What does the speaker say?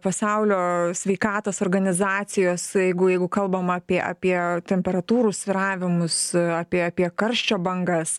pasaulio sveikatos organizacijos jeigu jeigu kalbam apie apie temperatūrų svyravimus apie apie karščio bangas